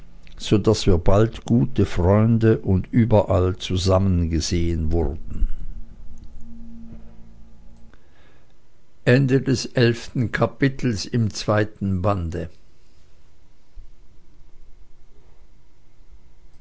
so daß wir bald gute freunde und überall zusammen gesehen wurden